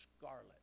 scarlet